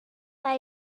why